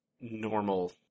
normal